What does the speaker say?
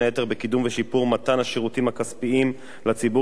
בקידום ושיפור מתן השירותים הכספיים לציבור וכן